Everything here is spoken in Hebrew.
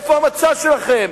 איפה המצע שלכם?